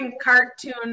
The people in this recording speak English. cartoon